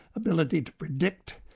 ability to predict,